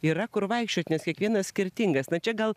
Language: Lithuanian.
yra kur vaikščiot nes kiekvienas skirtingas tad čia gal